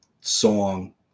song